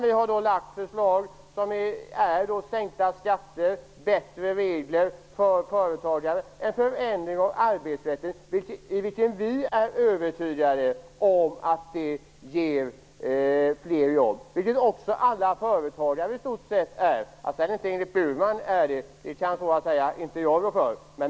Vi har lagt fram förslag om sänkta skatter, bättre regler för företagare och en förändring av arbetsrätten. Vi är övertygade om att det ger fler jobb. Det är också i stort sett alla företagare övertygade om. Att Ingrid Burman inte tror det kan inte jag rå för.